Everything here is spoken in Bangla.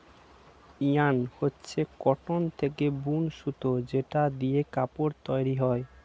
ইয়ার্ন হচ্ছে কটন থেকে বুন সুতো যেটা দিয়ে কাপড় তৈরী হয়